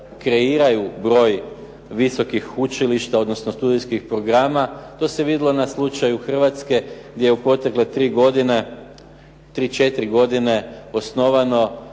kreiraju broj visokih učilišta odnosno studijskih programa. To se vidjelo na slučaj Hrvatske gdje je u protekle tri, četiri, godine osnovano